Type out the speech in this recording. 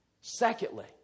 Secondly